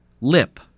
lip